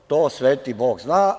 To sveti Bog zna.